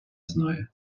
знає